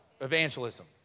evangelism